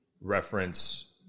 reference